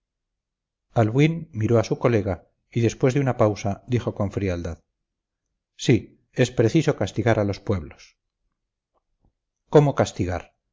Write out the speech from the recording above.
encuentre albuín miró a su colega y después de una pausa dijo con frialdad sí es preciso castigar a los pueblos cómo castigar